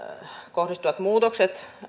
kohdistuvat muutokset